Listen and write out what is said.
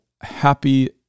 happy